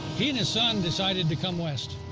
he and his son decided to come west.